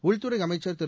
உள்துறை அமைச்சா் திரு